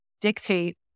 dictate